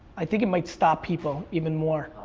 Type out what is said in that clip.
i think it might stop people even more.